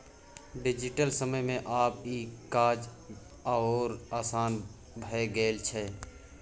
digital समय मे आब ई काज आओर आसान भए गेल छै